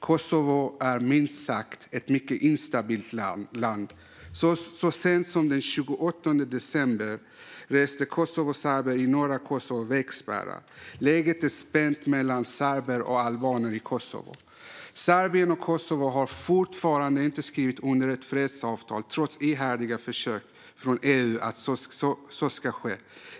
Kosovo är ett minst sagt mycket instabilt land. Så sent som den 28 december reste kosovoserber i norra Kosovo vägspärrar. Läget är spänt mellan serber och albaner i Kosovo. Serbien och Kosovo har fortfarande inte skrivit under ett fredsavtal, trots ihärdiga försök från EU att få detta att ske.